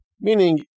Meaning